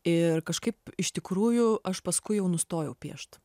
ir kažkaip iš tikrųjų aš paskui jau nustojau piešt